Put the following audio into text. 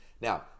now